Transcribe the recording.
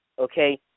okay